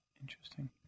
Interesting